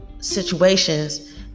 Situations